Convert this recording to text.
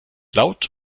laut